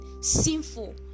sinful